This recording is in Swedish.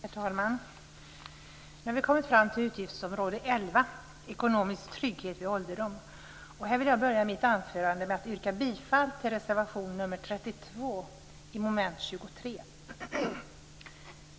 Herr talman! Nu har vi kommit fram till utgiftsområde 11, Ekonomisk trygghet vid ålderdom. Jag vill börja mitt anförande med att yrka bifall till reservation 32 under mom. 23.